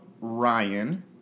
Ryan